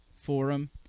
forum